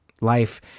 life